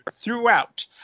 Throughout